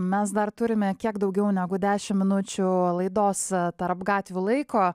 mes dar turime kiek daugiau negu dešim minučių laidos tarp gatvių laiko